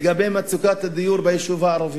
לגבי מצוקת הדיור ביישוב הערבי,